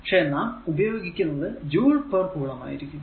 പക്ഷെ നാം ഉപയോഗിക്കുന്നത് ജൂൾ പേർ കുളം ആയിരിക്കും